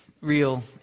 real